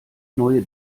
neue